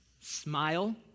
smile